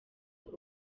uba